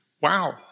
wow